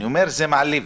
אני אומר שזה מעליב.